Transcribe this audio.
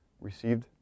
received